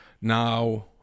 now